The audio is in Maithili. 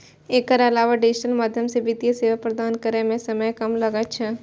एकर अलावा डिजिटल माध्यम सं वित्तीय सेवा प्रदान करै मे समय कम लागै छै